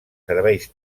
serveis